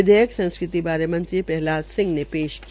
विधेयक संस्कृति बारे मंत्री मंत्री प्रहलाद सिंह ने ऐश किया